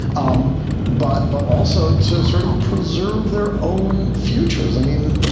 um but but also to sort of preserve their own futures. i mean,